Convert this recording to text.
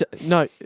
no